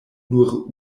nur